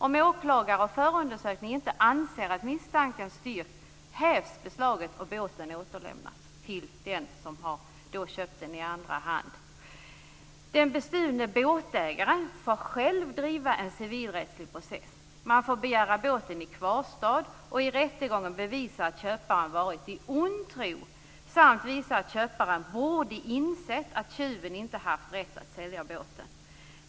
Om åklagare vid förundersökning inte anser misstanken styrkts hävs beslaget och båten återlämnas till den som har köpt den i andra hand. Den bestulne båtägaren får själv driva en civilrättslig process. Han får begära båten i kvarstad och i rättegången bevisa att köparen varit i ond tro samt visa att köparen borde insett att tjuven inte haft rätt att sälja båten.